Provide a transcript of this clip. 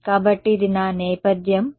కాబట్టి ఇది నా నేపథ్యం ఇది నాది